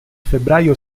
febbraio